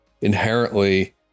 inherently